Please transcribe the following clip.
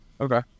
Okay